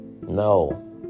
No